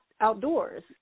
outdoors